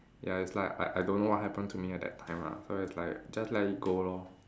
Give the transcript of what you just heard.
ya it's like I I don't know what happen to me at that time ah so it's like just let it go lor